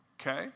okay